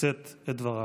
לשאת את דבריו.